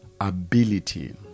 ability